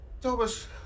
Thomas